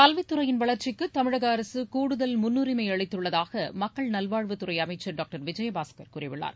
கல்வித்துறையின் வளர்ச்சிக்கு தமிழக அரசு கூடுதல் முன்னுரிமை அளித்துள்ளதாக மக்கள் நல்வாழ்வுத் துறை அமைச்சர் டாக்டர் விஜயபாஸ்கர் கூறியுள்ளார்